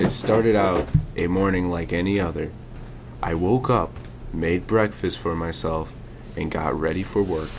it started out a morning like any other i woke up made breakfast for myself and got ready for work